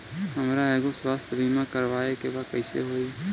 हमरा एगो स्वास्थ्य बीमा करवाए के बा कइसे होई?